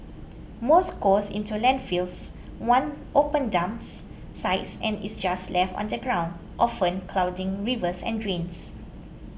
most goes into landfills one open dumps sites and is just left on the ground often clogging rivers and drains